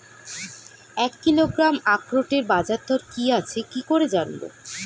এক কিলোগ্রাম আখরোটের বাজারদর কি আছে কি করে জানবো?